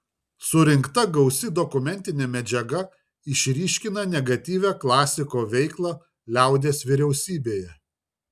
surinkta gausi dokumentinė medžiaga išryškina negatyvią klasiko veiklą liaudies vyriausybėje